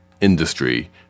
industry